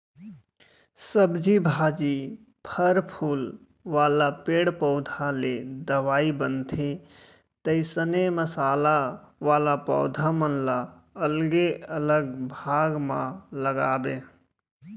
सब्जी भाजी, फर फूल वाला पेड़ पउधा ले दवई बनथे, तइसने मसाला वाला पौधा मन ल अलगे अलग भाग म लगाबे